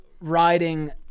riding